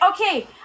okay